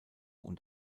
und